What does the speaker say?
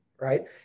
Right